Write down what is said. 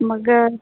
मग